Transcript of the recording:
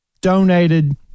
Donated